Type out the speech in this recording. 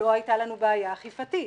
לא הייתה לנו בעיה אכפתית.